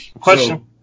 Question